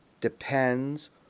depends